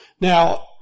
Now